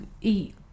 eat